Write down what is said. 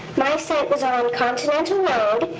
my site was on continental road.